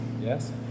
yes